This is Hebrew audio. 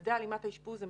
מדדי הלימת האשפוז הם